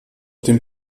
dem